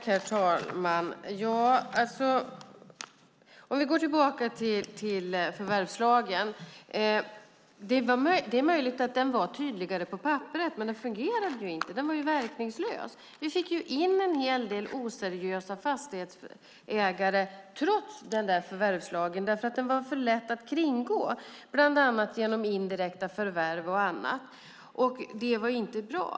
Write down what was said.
Herr talman! Om vi går tillbaka till förvärvslagen är det möjligt att den var tydligare på papperet, men den fungerade inte. Den var verkningslös. Vi fick in en hel del oseriösa fastighetsägare trots denna förvärvslag, eftersom den var för lätt att kringgå genom indirekta förvärv och annat. Det var inte bra.